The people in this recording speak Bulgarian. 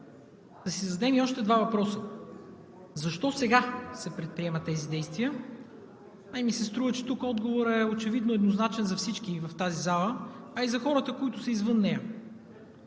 да си зададем още два въпроса. Защо сега се предприемат тези действия? Струва ми се, че тук отговорът е очевидно еднозначен за всички в тази зала, а и за хората, които са извън нея.